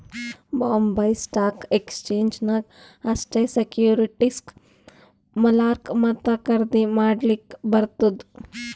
Bombay stock exchange ನಾಗ್ ಅಷ್ಟೇ ಸೆಕ್ಯೂರಿಟಿಸ್ಗ್ ಮಾರ್ಲಾಕ್ ಮತ್ತ ಖರ್ದಿ ಮಾಡ್ಲಕ್ ಬರ್ತುದ್